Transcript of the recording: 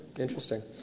Interesting